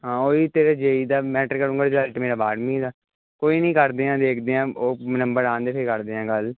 ਹਾਂ ਉਹੀ ਤੇਰੇ ਜੇ ਈ ਦਾ ਮੈਟਰ ਕਰੂਗਾ ਰਿਜ਼ਲਟ ਮੇਰਾ ਬਾਰਵੀਂ ਦਾ ਕੋਈ ਨਹੀਂ ਕਰਦੇ ਹਾਂ ਦੇਖਦੇ ਹਾਂ ਉਹ ਨੰਬਰ ਆਉਣ ਦੇ ਫਿਰ ਕਰਦੇ ਹਾਂ ਗੱਲ